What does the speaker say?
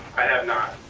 i have not.